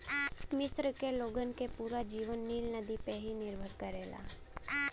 मिस्र के लोगन के पूरा जीवन नील नदी पे ही निर्भर करेला